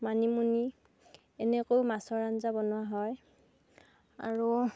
মানিমুনি এনেকৈ মাছৰ আঞ্জা বনোৱা হয় আৰু